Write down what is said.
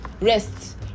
rest